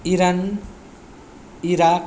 Iran Iraq